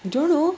don't know